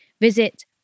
Visit